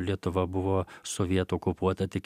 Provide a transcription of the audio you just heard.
lietuva buvo sovietų okupuota tik